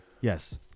Yes